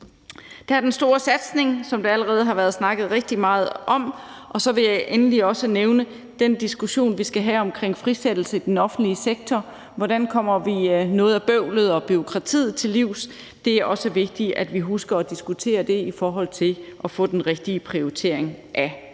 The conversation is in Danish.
Det er den store satsning, som der allerede har været snakket rigtig meget om. Så vil jeg endelig også nævne den diskussion, vi skal have om en frisættelse i den offentlige sektor og om, hvordan vi kommer noget af bøvlet og bureaukratiet til livs. Det er også vigtigt, at vi husker at diskutere det i forhold til at få den rigtige prioritering af